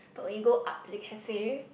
but when we go up to the cafe